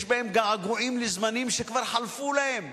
יש בהם געגועים לזמנים שכבר חלפו להם.